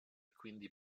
quindi